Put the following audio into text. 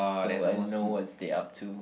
so I know what's they up to